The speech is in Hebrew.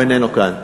הוא איננו כאן,